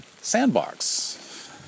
Sandbox